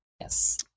Yes